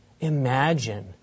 Imagine